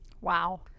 Wow